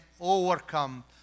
overcome